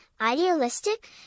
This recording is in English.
idealistic